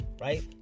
right